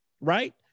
Right